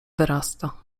wyrasta